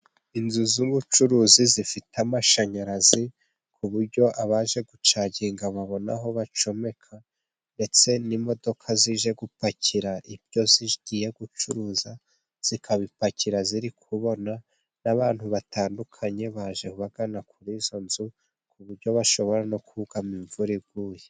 Inzu z'ubucuruzi zifite amashanyarazi ku buryo abaje gucaginga babona aho bacomeka ndetse n'imodoka zije gupakira ibyo zigiye gucuruza zikabipakira ziri kubona, n'abantu batandukanye baje bagana kuri izo nzu ku buryo bashobora no kugama imvura iguye.